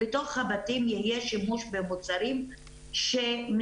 בתוך הבתים יהיה שימוש במוצרים שמסכנים